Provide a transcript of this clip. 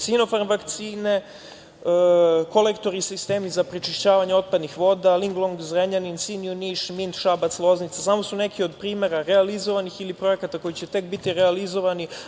Sinofarm vakcine, kolektori i sistemi za prečišćavanje otpadnih voda, „Linglong“ Zrenjanin, „Singju“ Niš, „Mint“ Šabac i Loznica, samo su neki od primera realizovanih ili projekata koji će tek biti realizovani.